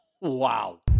Wow